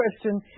question